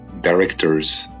directors